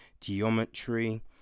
geometry